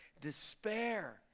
despair